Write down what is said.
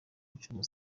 gucuruza